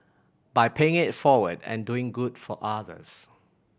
by paying it forward and doing good for others